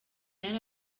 yari